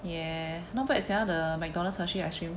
ya not bad sia the mcdonald's hershey ice cream